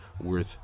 worth